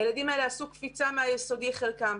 הילדים האלה עשו קפיצה מהיסודי חלקם,